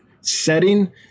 setting